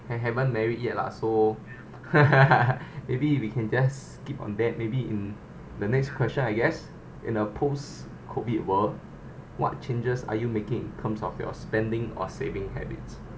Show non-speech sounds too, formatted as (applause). I haven't married yet lah so (noise) maybe we can just skip on that maybe in the next question I guess in a post COVID world what changes are you making in terms of your spending or saving habits